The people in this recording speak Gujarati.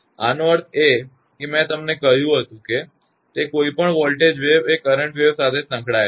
આનો અર્થ એ કે મેં તમને કહ્યું હતું તે કોઈપણ વોલ્ટેજ વેવ એ કરંટ વેવ સાથે સંકળાયેલ હશે